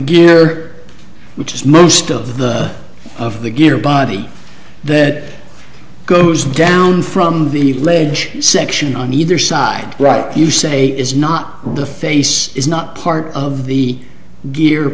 gear which is most of the of the gear body that goes down from the ledge section on either side right you say is not the face is not part of the gear